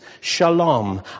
shalom